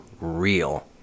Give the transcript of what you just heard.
real